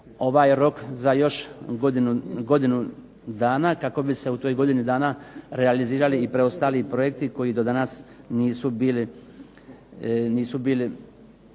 ovaj rok za još godinu dana, kako bi se u toj godini dana realizirali i preostali projekti koji do danas nisu bili